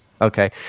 Okay